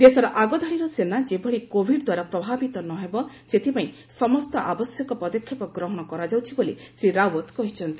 ଦେଶର ଆଗଧାଡିର ସେନା ଯେଭଳି କୋଭିଡ ଦ୍ୱାରା ପ୍ରଭାବିତ ନହେବ ସେଥିପାଇଁ ସମସ୍ତ ଆବଶ୍ୟକ ପଦକ୍ଷେପ ଗ୍ରହଣ କରାଯାଉଛି ବୋଲି ଶ୍ରୀ ରାୱତ କହିଛନ୍ତି